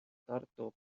tartu